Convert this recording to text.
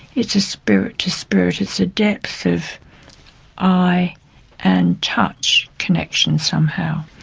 it's a spirit to spirit, it's a depth of eye and touch connection somehow.